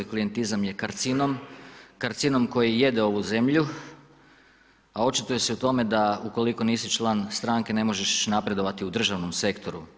Klijentizam je karcinom koji jede ovu zemlju, a očituje se u tome da ukoliko nisi član stranke ne možeš napredovati u državnom sektoru.